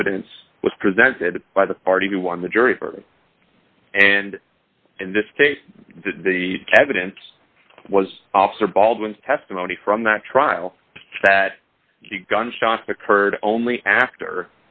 evidence was presented by the party who won the jury for and in this case the evidence was officer baldwin's testimony from that trial that gunshot occurred only after